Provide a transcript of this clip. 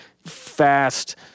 fast